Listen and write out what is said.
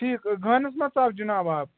ٹھیٖک گانَس ما ژاو جِناب آب